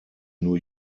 new